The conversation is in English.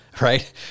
right